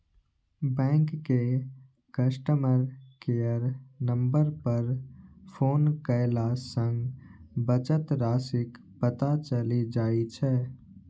bank के customer care number पर phone कयला सं बचत राशिक पता चलि जाइ छै